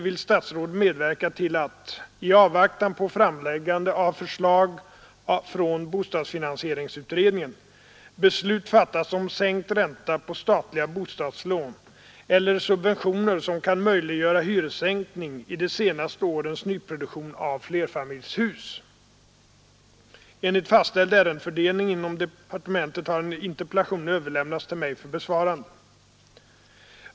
Vill statsrådet medverka till att — i avvaktan på framläggandet av förslag från bostadsfinansieringsutredningen — beslut fattas om sänkt ränta på statliga bostadslån eller subventioner som kan möjliggöra hyressänkning i de senaste årens nyproduktion av flerfamiljshus? Enligt fastställd ärendefördelning inom departementet har interpellationen överlämnats till mig för besvarande.